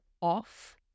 off